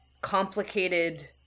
complicated